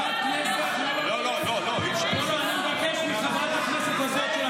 זה מה שאתם מביאים לפוליטיקה הישראלית.